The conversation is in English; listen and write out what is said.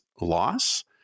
loss